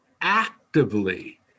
actively